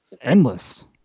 endless